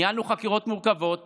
ניהלנו חקירות מורכבות